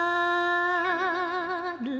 God